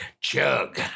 chug